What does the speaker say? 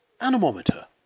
Anemometer